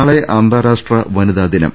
നാളെ അന്താരാഷ്ട്ര വനിതാദിനം